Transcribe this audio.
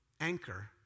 anchor